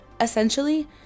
Essentially